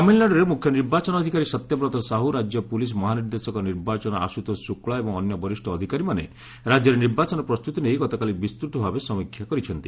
ତାମିଲନାଡ଼ୁରେ ମୁଖ୍ୟ ନିର୍ବାଚନ ଅଧିକାରୀ ସତ୍ୟବ୍ରତ ସାହୁ ରାଜ୍ୟ ପୁଲିସ ମହାନିର୍ଦ୍ଦେଶକ ନିର୍ବାଚନ ଆଶୁତୋଷ ଶୁକ୍କା ଏବଂ ଅନ୍ୟ ବରିଷ ଅଧିକାରୀମାନେ ରାଜ୍ୟରେ ନିର୍ବାଚନ ପ୍ରସ୍ତୁତି ନେଇ ଗତକାଲି ବିସ୍ତୃତ ଭାବେ ସମୀକ୍ଷା କରିଛନ୍ତି